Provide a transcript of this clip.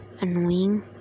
annoying